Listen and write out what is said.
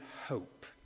hope